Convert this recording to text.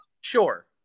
sure